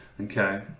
Okay